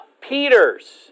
Peters